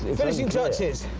finishing touches.